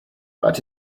but